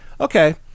okay